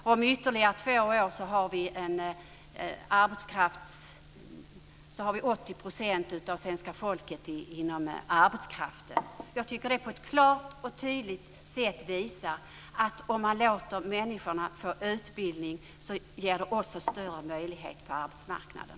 Om ytterligare två år kommer 80 % av svenska folket att tillhöra arbetskraften. Jag tycker att detta klart och tydligt visar att om man låter människorna få utbildning blir det större möjligheter på arbetsmarknaden.